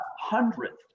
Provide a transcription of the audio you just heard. hundredth